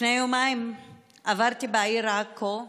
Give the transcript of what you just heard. לפני יומיים עברתי בעיר עכו,